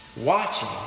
watching